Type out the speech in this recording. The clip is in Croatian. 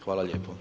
Hvala lijepo.